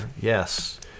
Yes